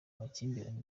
makimbirane